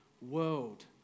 world